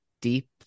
deep